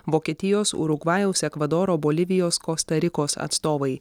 vokietijos urugvajaus ekvadoro bolivijos kosta rikos atstovai